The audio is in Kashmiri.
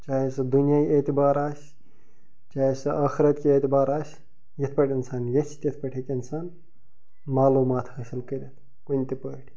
چاہے سُہ دُنیٲیی اعتبار آسہِ چاہے سُہ ٲخرت کہِ اعتبار آسہِ یِتھ پٲٹھۍ انسان یژھِ تِتھ پٲٹھۍ ہیٚکہِ اِنسان معلوٗمات حٲصل کٔرِتھ کُنہِ تہِ پٲٹھۍ